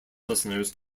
listeners